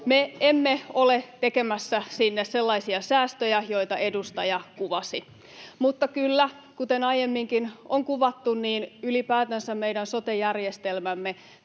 emme ole tekemässä sinne sellaisia säästöjä, joita edustaja kuvasi, mutta kyllä, kuten aiemminkin on kuvattu, ylipäätänsä meidän sote-järjestelmämme,